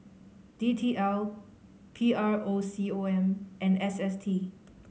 D T L P R O C O M and S S T